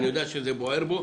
אני יודע שזה בוער בו.